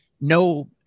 No